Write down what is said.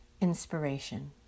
INSPIRATION